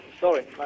sorry